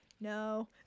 no